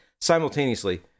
simultaneously